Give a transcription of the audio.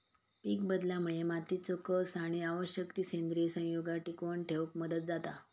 पीकबदलामुळे मातीचो कस आणि आवश्यक ती सेंद्रिय संयुगा टिकवन ठेवक मदत जाता